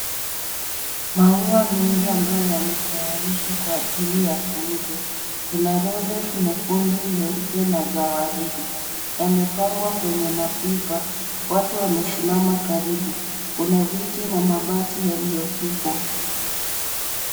Maua mengi ambayo yametayarishwa kwa ajili ya kuuzwa. Kuna roses nyekundu, nyeupe na za waridi. Yamepangwa kwenye mapipa. Watu wamesimama karibu. Kuna viti na mabati yaliyotupwa.